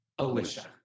Alicia